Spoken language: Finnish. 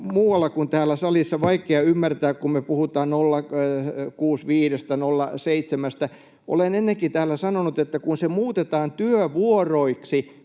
muualla kuin täällä salissa vaikea ymmärtää, kun me puhutaan 0,65:stä, 0,7:stä. Olen ennenkin täällä sanonut, että kun se muutetaan työvuoroiksi